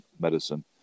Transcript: medicine